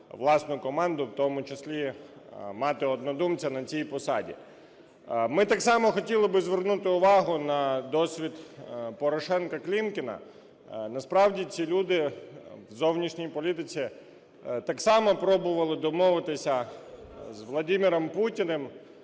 власну команду, в тому числі мати однодумця на цій посаді. Ми так само хотіли б звернути увагу на досвід Порошенка, Клімкіна. Насправді ці люди в зовнішній політиці так само пробували домовитися з Владимиром Путіним,